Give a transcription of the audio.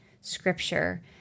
scripture